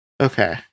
Okay